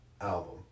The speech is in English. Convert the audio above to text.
album